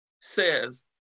says